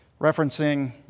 referencing